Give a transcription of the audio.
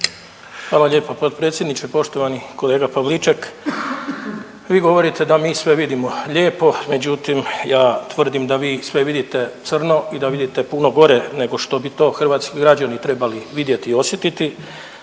Hvala lijepa potpredsjedniče. Poštovani kolega Pavliček, vi govorite da mi sve vidimo lijepo, međutim ja tvrdim da vi sve vidite crno i da vidite puno gore nego što bi to hrvatski građani trebali vidjeti i osjetiti.